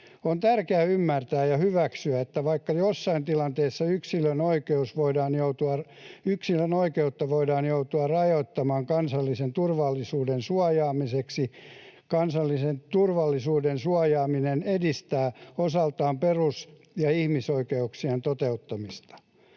On tärkeää ymmärtää ja hyväksyä, että vaikka joissain tilanteissa yksilön oikeutta voidaan joutua rajoittamaan kansallisen turvallisuuden suojaamiseksi, kansallisen turvallisuuden suojaaminen edistää osaltaan perus- ja ihmisoikeuksien toteuttamista.